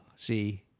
See